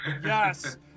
Yes